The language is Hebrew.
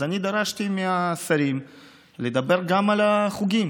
אז אני דרשתי מהשרים לדבר גם על החוגים,